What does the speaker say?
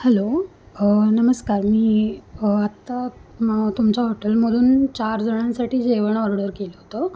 hello नमस्कार मी आत्ता तुमच्या हॉटेलमधून चार जणांसाठी जेवण ऑर्डर केलं होतं